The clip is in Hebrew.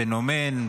פנומן,